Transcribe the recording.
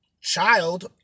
Child